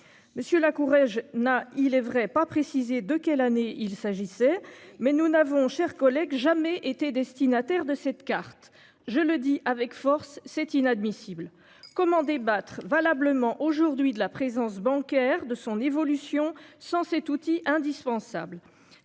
Monsieur là Courrèges n'a, il est vrai pas précisé de quelle année. Il s'agissait mais nous n'avons chers collègues jamais été destinataire de cette carte, je le dis avec force c'est inadmissible. Comment débattre valablement aujourd'hui de la présence bancaire de son évolution. Sans cet outil indispensable.